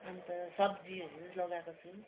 अन्त सब्जीहरू लगाएको छु